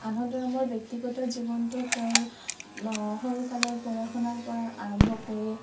আনন্দৰামৰ ব্যক্তিগত জীৱনতো তেওঁৰ সৰুকালৰ পঢ়া শুনাৰ পৰা আৰম্ভ কৰি